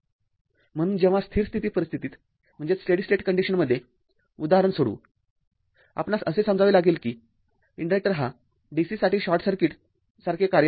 म्ह्णून जेव्हा स्थिर स्थिती परिस्थितील उदाहरण सोडवू आपणास असे समजावे लागेल कि इन्डक्टर हा dc साठी शॉर्ट सर्किट सारखे कार्य करतो